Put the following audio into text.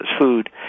food